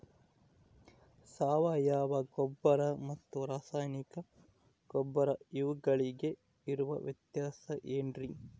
ಸಾವಯವ ಗೊಬ್ಬರ ಮತ್ತು ರಾಸಾಯನಿಕ ಗೊಬ್ಬರ ಇವುಗಳಿಗೆ ಇರುವ ವ್ಯತ್ಯಾಸ ಏನ್ರಿ?